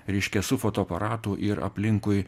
reiškia su fotoaparatu ir aplinkui